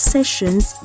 Sessions